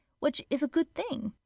which is a good thing.